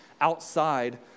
outside